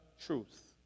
truth